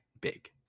big